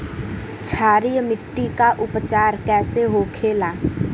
क्षारीय मिट्टी का उपचार कैसे होखे ला?